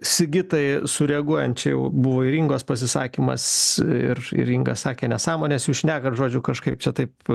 sigitai sureaguojant čia jau buvo ir ingos pasisakymas ir ir inga sakė nesąmones jūs šnekat žodžiu kažkaip čia taip